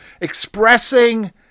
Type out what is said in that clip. expressing